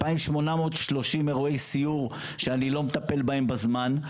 2ף830 אירועי סיור שאני לא מטפל בהם בזמן,